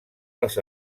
les